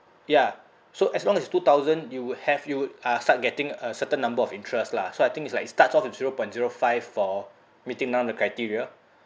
ya so as long as two thousand you have you uh start getting a certain number of interest lah so I think it's like it starts off at zero point zero five for meeting down the criteria